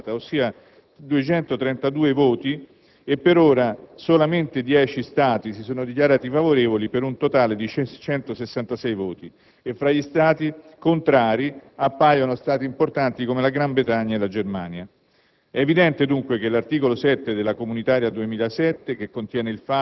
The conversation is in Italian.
in quanto per mantenere tale obbligo di etichetta è necessaria una maggioranza qualificata, ossia 232 voti, e per ora solamente 10 Stati si sono dichiarati favorevoli, per un totale di 166 voti. Fra gli Stati contrari ci sono Paesi importanti come Gran Bretagna e Germania.